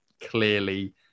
clearly